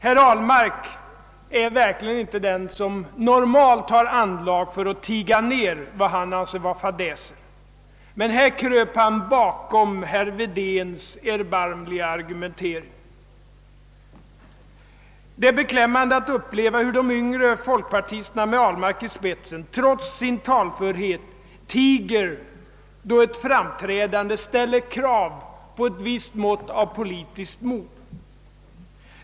Herr Ahlmark är annars inte den som normalt har anlag för att tiga ned vad han anser vara fadäser, men här kröp han bakom herr Wedéns erbarmliga argumentering. Det är beklämmande att se hur de yngre folkpartisterna med herr Ahlmark i spetsen, trots den talförhet de annars visar, tiger, då ett framträdande ställer krav på ett visst mått av politiskt mod.